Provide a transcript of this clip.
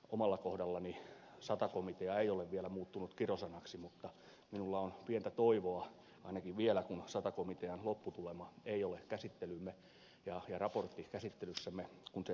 omalla kohdallani sata komitea ei ole vielä muuttunut kirosanaksi mutta minulla on pientä toivoa ainakin vielä kun sata komitean lopputulema ja raportti ei ole käsittelyssämme kun se ei ole tullut